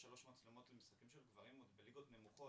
יש שלוש מצלמות למשחקים של גברים בליגות נמוכות